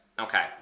Okay